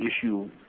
issue